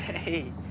hey,